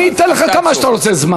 אני אתן לך כמה זמן שאתה רוצה.